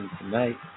tonight